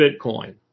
Bitcoin